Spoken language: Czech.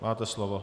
Máte slovo.